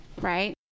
right